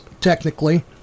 technically